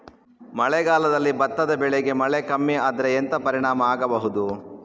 ಮಳೆಗಾಲದಲ್ಲಿ ಭತ್ತದ ಬೆಳೆಗೆ ಮಳೆ ಕಮ್ಮಿ ಆದ್ರೆ ಎಂತ ಪರಿಣಾಮ ಆಗಬಹುದು?